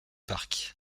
park